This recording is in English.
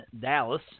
Dallas